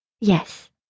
Yes